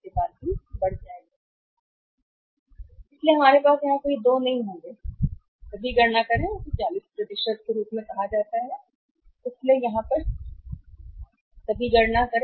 इसलिए यहां हमारे पास कोई दो नहीं होंगे सभी गणना करें इसे 40 के रूप में कहा जाता है इसलिए अब होगा यहाँ सभी गणना करें